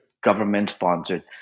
government-sponsored